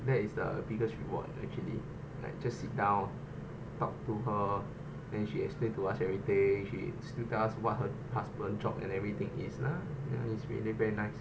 that is the biggest reward actually like just sit down talk to her then she explain to us everything she still tells us what her husband job and everything is lah ya it's really very nice